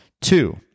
Two